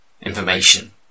information